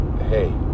hey